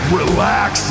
relax